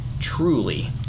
truly